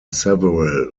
several